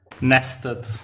nested